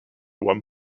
one